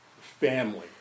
family